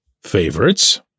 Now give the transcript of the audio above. favorites